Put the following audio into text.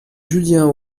julien